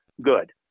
good